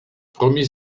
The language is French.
premier